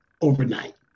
overnight